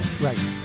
Right